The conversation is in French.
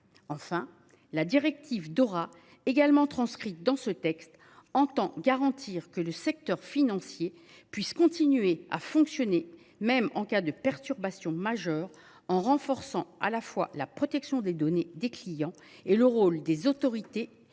Enfin, la directive Dora, également transcrite dans ce texte, a pour objet de garantir que le secteur financier puisse continuer à fonctionner même en cas de perturbation majeure, en renforçant, à la fois, la protection des données des clients et le rôle des autorités de